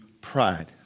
pride